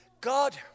God